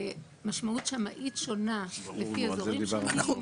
משמעות שמאית שונה לפי אזורים שונים.